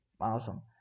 awesome